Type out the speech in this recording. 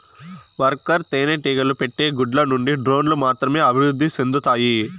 worker తేనెటీగలు పెట్టే గుడ్ల నుండి డ్రోన్లు మాత్రమే అభివృద్ధి సెందుతాయి